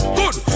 good